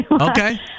Okay